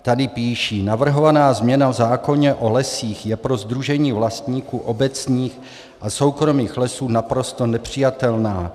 Tady píší: Navrhovaná změna v zákoně o lesích je pro Sdružení vlastníků obecních a soukromých lesů naprosto nepřijatelná.